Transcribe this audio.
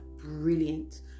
Brilliant